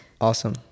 awesome